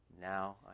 now